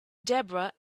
debra